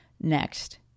next